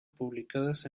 publicadas